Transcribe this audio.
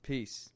Peace